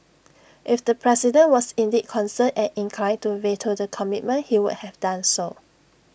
if the president was indeed concerned and inclined to veto the commitment he would have done so